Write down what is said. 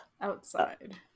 Outside